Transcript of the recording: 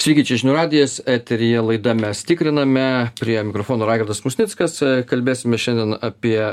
sveiki čia žinių radijas eteryje laida mes tikriname prie mikrofono raigardas musnickas kalbėsime šiandien apie